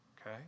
okay